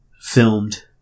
filmed